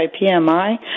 PMI